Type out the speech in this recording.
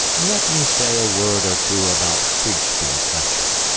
let me say a word or two about kriegspiel country.